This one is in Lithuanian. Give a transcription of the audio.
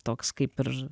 toks kaip ir